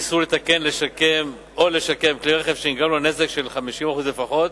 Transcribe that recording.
איסור לתקן או לשקם כלי רכב שנגרם לו נזק של 50% לפחות),